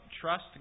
trust